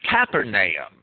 Capernaum